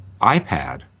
iPad